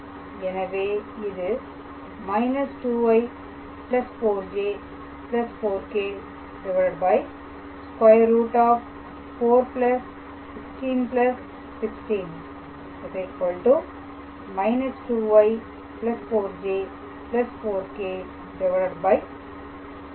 எனவே இது −2i4j4k̂ √41616 −2i4j4k̂ 6